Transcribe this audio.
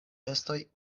festoj